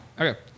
Okay